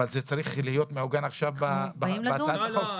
אבל זה צריך להיות מעוגן עכשיו בהצעת החוק, לא?